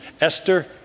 Esther